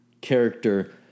character